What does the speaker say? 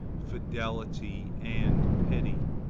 fidelity and pity.